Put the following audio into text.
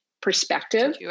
perspective